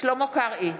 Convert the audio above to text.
שלמה קרעי,